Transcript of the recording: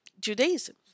Judaism